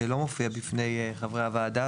שלא מופיע בפני חברי הוועדה,